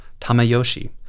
Tamayoshi